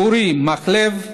אורי מקלב,